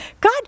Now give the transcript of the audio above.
God